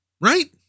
Right